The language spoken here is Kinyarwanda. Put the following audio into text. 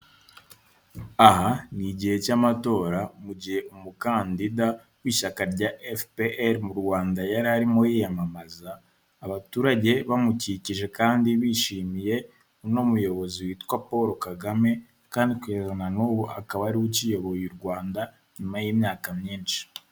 Aha ni igihe cy'amatora, mu gihe umukandida w'ishyaka rya FPR mu Rwanda yari arimo yiyamamaza, abaturage bamukikije kandi bishimiye uno muyobozi witwa Paul Kagame, kandi kugeza na n'ubu akaba ari we ukiyoboye u Rwanda nyuma y'imyaka myinshi.